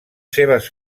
seves